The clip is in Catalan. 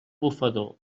bufador